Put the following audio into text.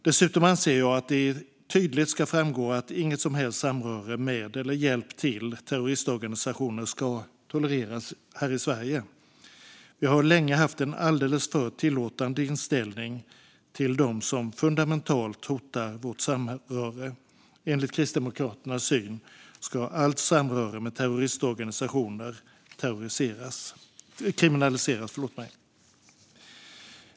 Dessutom anser jag att det tydligt ska framgå att inget som helst samröre med eller hjälp till terroristorganisationer ska tolereras här i Sverige. Vi har länge haft en alldeles för tillåtande inställning till dem som fundamentalt hotar vårt samhälle. Enligt Kristdemokraternas syn ska allt samröre med terroristorganisationer kriminaliseras.